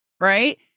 Right